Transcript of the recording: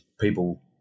people